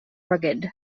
rugged